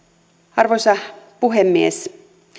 arvoisa puhemies